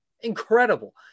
Incredible